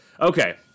Okay